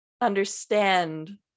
understand